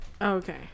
Okay